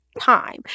time